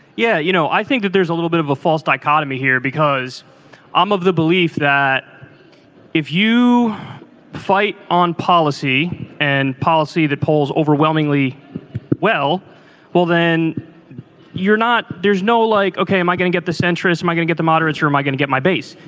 yeah. you know i think that there's a little bit of a false dichotomy here because i'm of the belief that if you fight on policy and policy the polls overwhelmingly well well then you're not. there's no like ok am i going to get the centrist am i going get the moderates or am i going to get my base.